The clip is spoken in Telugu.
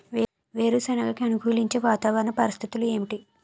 వేరుసెనగ కి అనుకూలించే వాతావరణ పరిస్థితులు ఏమిటి?